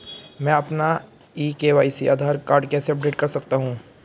मैं अपना ई के.वाई.सी आधार कार्ड कैसे अपडेट कर सकता हूँ?